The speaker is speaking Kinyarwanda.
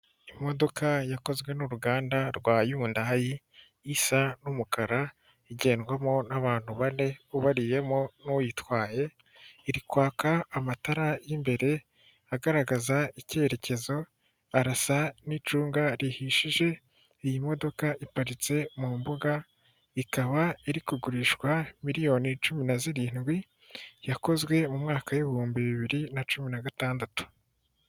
Imodoka yakozwe n'uruganda rwa yundayi isa n'umukara igendwamo n'abantu bane ubariyemo n'uyitwaye, irikwaka amatara y'imbere agaragaza icyerekezo arasa n'icunga rihishije, iyi modoka iparitse mu mbuga ikaba irikugurishwa miliyoni cumi na zirindwi, yakozwe mu mwaka w'ibihumbi bibiri na cumi na gatandatu.